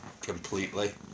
completely